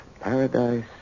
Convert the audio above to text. Paradise